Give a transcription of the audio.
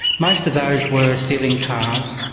most of those were stealing cars,